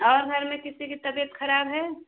और घर में किसी की तबियत खराब है